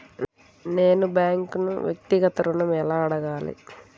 నేను బ్యాంక్ను వ్యక్తిగత ఋణం ఎలా అడగాలి?